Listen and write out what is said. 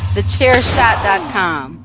TheChairShot.com